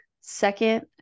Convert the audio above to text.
second